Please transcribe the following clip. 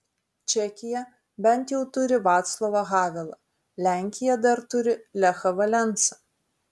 čekija bent jau turi vaclovą havelą lenkija dar turi lechą valensą